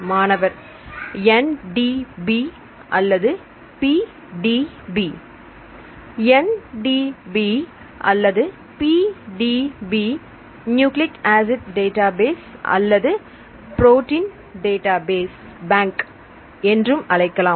மாணவர் NDB அல்லது PDB NDB அல்லது PDB நியூக்ளிக் ஆசிட் டேட்டாபேஸ் அல்லது ப்ரோட்டின் டேட்டாபேங்க் என்றும் அழைக்கலாம்